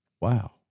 wow